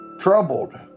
troubled